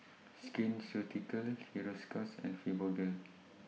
Skin Ceuticals Hiruscar's and Fibogel